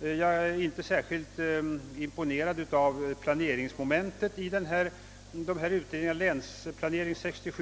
Jag är inte särskilt imponerad av planeringsmomentet i Länsplanering 67.